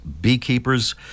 beekeepers